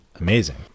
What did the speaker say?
amazing